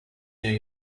new